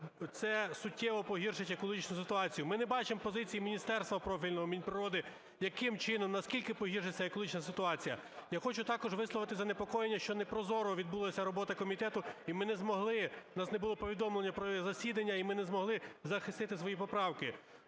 це суттєво погіршить екологічну ситуацію. Ми не бачимо позиції Міністерства профільного, Мінприроди, яким чином, наскільки погіршиться екологічна ситуація. Я хочу також висловити занепокоєння, що непрозоро відбулася робота комітету і ми не змогли, у нас не було повідомлення про засідання і ми не змогли захистити свої поправки.